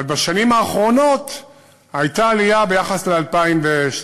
אבל בשנים האחרונות הייתה עלייה ביחס ל-2012.